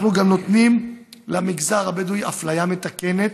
אנחנו גם נותנים למגזר הבדואי אפליה מתקנת,